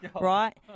Right